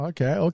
Okay